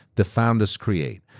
the founders create.